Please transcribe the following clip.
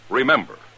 Remember